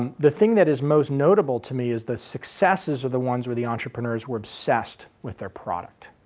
um the thing that is most notable to me is the successes are the ones where the entrepreneurs were obsessed with their product.